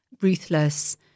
ruthless